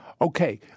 Okay